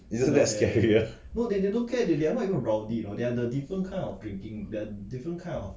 isn't it like scarier